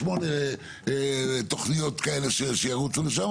שמונה תוכניות כאלה שירוצו לשם,